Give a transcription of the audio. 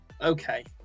Okay